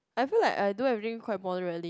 I feel like I do everything quite moderately